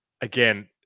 again